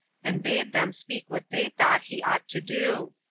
and bade them speak what they thought he ought to do.